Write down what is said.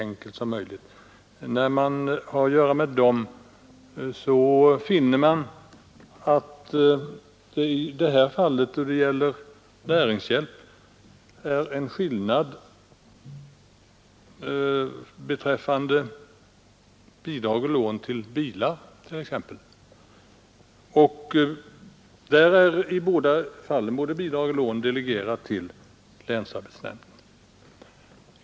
När det gäller näringshjälp finner man att det är en skillnad beträffande bidrag och lån exempelvis till bilar. Både bidrag och lån delegeras till länsarbetsnämnden.